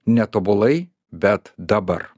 netobulai bet dabar